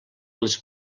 les